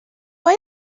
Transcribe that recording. های